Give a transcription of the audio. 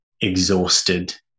exhausted